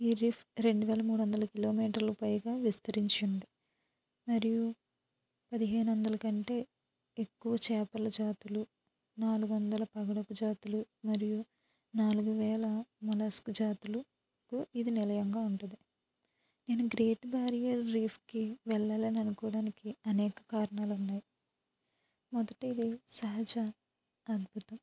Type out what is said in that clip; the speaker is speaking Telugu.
ఈ రీఫ్ రెండువేల మూడువందల కిలోమీటర్లు పైగా విస్తరించి ఉంది మరియు పదిహేను వందలకంటే ఎక్కువ చేపల జాతులు నాలుగొందల పగడపు జాతులు మరియు నాలుగు వేల మోలస్క్ జాతులుకు ఇది నిలయంగా ఉంటుంది నేను గ్రేట్ బారియర్ రీఫ్కి వెళ్ళాలనుకోవడానికి అనేక కారణాలు ఉన్నాయి మొదటిది సహజ అద్భుతం